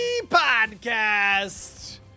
Podcast